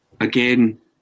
again